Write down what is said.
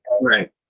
right